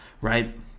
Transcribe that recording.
Right